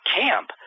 camp